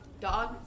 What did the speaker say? Dog